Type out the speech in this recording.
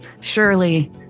Surely